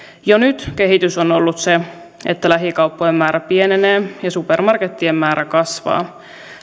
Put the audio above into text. jo nyt kehitys on ollut se että lähikauppojen määrä pienenee ja supermarkettien määrä kasvaa